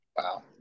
Wow